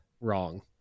wrong